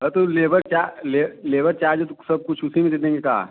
हाँ तो लेबर चा ले लेबर चार्ज है तो सब कुछ उसी में दे देंगे का